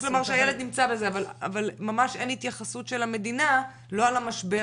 אבל ממש אין התייחסות של המדינה לא על המשבר,